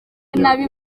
nabi